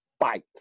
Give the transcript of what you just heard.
fight